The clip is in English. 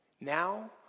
Now